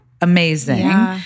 amazing